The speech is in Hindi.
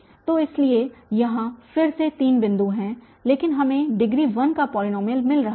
तो इसलिए यहाँ फिर से तीन बिन्दु हैं लेकिन हमें डिग्री 1 का पॉलीनॉमियल मिल रहा है